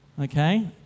okay